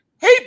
Hey